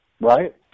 right